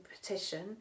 petition